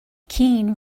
keane